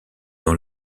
dans